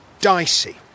dicey